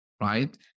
Right